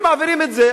הם מעבירים את זה,